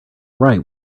right